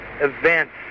events